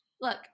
Look